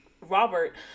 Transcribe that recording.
Robert